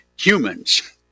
humans